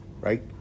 right